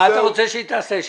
מה אתה רוצה שהיא תעשה?